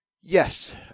Yes